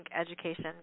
Education